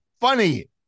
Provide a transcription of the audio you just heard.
Funny